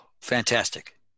fantastic